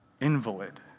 invalid